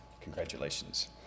congratulations